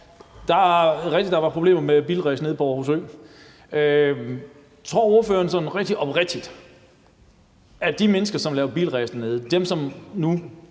det er rigtigt, at der var problemer med bilræs nede på Aarhus Ø. Tror ordføreren sådan rigtig oprigtigt, at de mennesker, som laver bilræs, dem, som nu